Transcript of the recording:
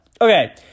Okay